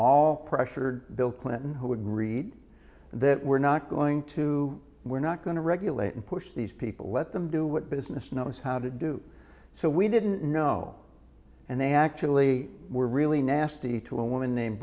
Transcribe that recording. all pressured bill clinton who agreed that we're not going to we're not going to regulate and push these people let them do what business knows how to do so we didn't know and they actually were really nasty to a woman named